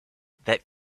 that